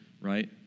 right